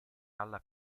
alla